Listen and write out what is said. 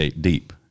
deep